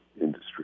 industry